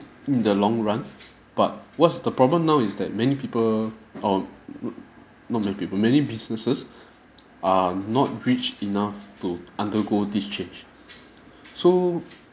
in the long run but what's the problem now is that many people um mm not many people many businesses are not rich enough to undergo this change so